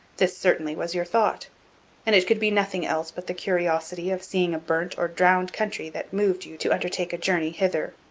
this certainly was your thought and it could be nothing else but the curiosity of seeing a burnt or drowned country that moved you to undertake a journey hither.